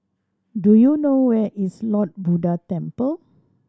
do you know where is Lord Buddha Temple